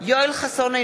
יואל חסון,